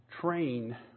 train